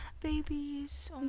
Babies